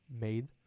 made